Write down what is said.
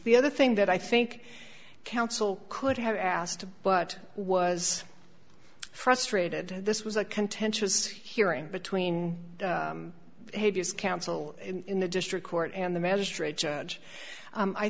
the other thing that i think counsel could have asked but was frustrated this was a contentious hearing between hideous counsel in the district court and the